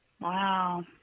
Wow